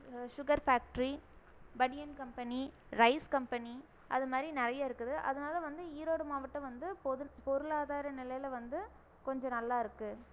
sugar factory banian company rice company அது மாதிரி நிறைய இருக்குது அதனால வந்து ஈரோடு மாவட்டம் வந்து பொது பொருளாதார நிலையில் வந்து கொஞ்சம் நல்லாயிருக்கு